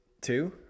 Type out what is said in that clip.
two